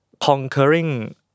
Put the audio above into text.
conquering